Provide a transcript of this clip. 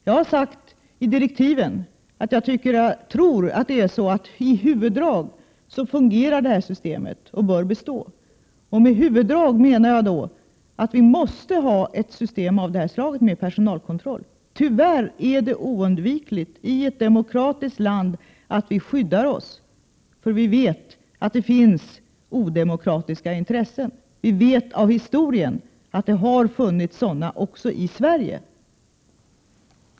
Jag har sagt i direktiven att jag tror att det system för personalkontroll som vi har i dag fungerar i sina huvuddrag och bör bestå. När jag säger huvuddrag menar jag att vi måste ha ett system av det här slaget. Tyvärr är det i ett demokratiskt land oundvikligt att vi skyddar oss, för vi vet att det finns odemokratiska intressen. Av historien vet vi att det har funnits sådana också i Sverige.